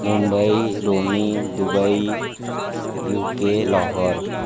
मुंबई रोमी Dubai UK Lahore